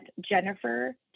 Jennifer